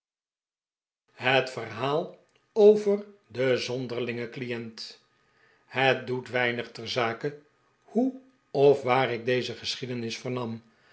het verhaal over den zond erlingen client het doet weinig ter zake hoe of waar ik deze geschiedenis vern'am